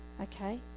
Okay